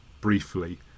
briefly